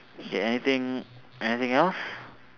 K anything anything else